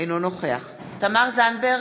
אינו נוכח תמר זנדברג,